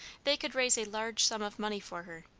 they could raise a large sum of money for her.